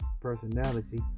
personality